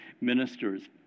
ministers